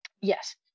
yes